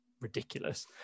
ridiculous